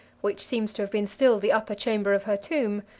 which seems to have been still the upper chamber of her tomb,